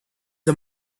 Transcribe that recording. are